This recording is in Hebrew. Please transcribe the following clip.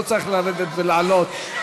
לא צריך לרדת ולעלות.